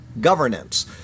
governance